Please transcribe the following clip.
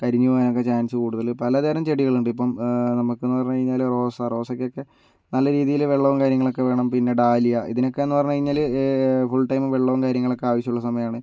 കരിഞ്ഞു പോവാനൊക്കെ ചാൻസ് കൂടുതൽ പലതരം ചെടികളുണ്ട് ഇപ്പം നമുക്കെന്ന് പറഞ്ഞു കഴിഞ്ഞാൽ റോസാ റോസയ്ക്കൊക്കെ നല്ല രീതിയിൽ വെള്ളവും കാര്യങ്ങളൊക്കെ വേണം പിന്നെ ഡാലിയ ഇതിനൊക്കെയെന്ന് പറഞ്ഞു കഴിഞ്ഞാൽ ഫുൾ ടൈം വെള്ളവും കാര്യങ്ങളൊക്കെ ആവശ്യമുള്ള സമയമാണ്